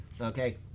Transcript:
Okay